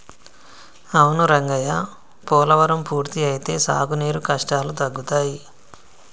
అవును రంగయ్య పోలవరం పూర్తి అయితే సాగునీరు కష్టాలు తగ్గుతాయి